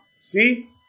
See